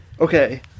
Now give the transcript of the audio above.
okay